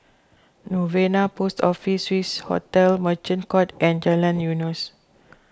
Novena Post Office Swissotel Merchant Court and Jalan Eunos